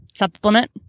supplement